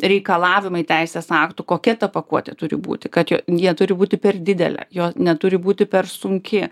reikalavimai teisės aktų kokia ta pakuotė turi būti kad jo ji neturi būti per didelė jo neturi būti per sunki